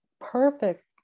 perfect